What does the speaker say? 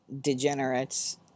degenerates